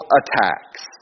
attacks